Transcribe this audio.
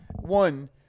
One